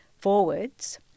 forwards